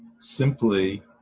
simply